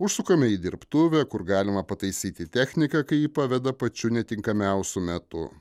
užsukame į dirbtuvę kur galima pataisyti techniką kai ji paveda pačiu netinkamiausiu metu